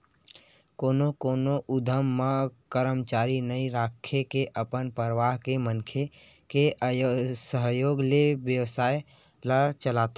कोनो कोनो उद्यम म करमचारी नइ राखके अपने परवार के मनखे के सहयोग ले बेवसाय ल चलाथे